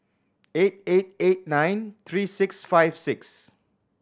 eight eight eight nine three six five six